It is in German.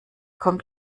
kommt